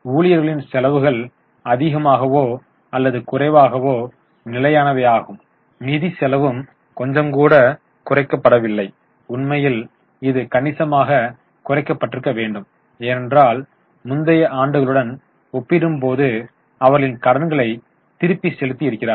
ஊழியர்களின் செலவுகள் அதிகமாகவோ அல்லது குறைவாகவோ நிலையானவை ஆகும் நிதி செலவும் கொஞ்சம்கூட குறைக்கப்படவில்லை உண்மையில் இது கணிசமாகக் குறைக்க பட்டிருக்க வேண்டும் ஏனென்றால் முந்தைய ஆண்டுகளுடன் ஒப்பிடும்போது அவர்களின் கடன்களை திருப்பிச் செலுத்தி இருக்கிறார்கள்